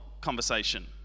conversation